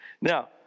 Now